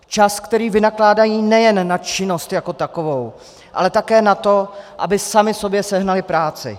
Čas, který vynakládají nejen na činnost jako takovou, ale také na to, aby sami sobě sehnali práci.